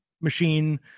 machine